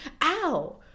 ow